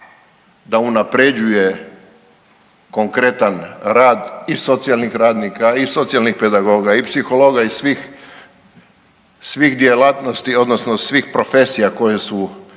da unapređuje konkretan rad i socijalnih radnika i socijalnih pedagoga i psihologa i svih, svih djelatnosti odnosno svih profesija koje su